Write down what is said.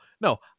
no